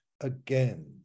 again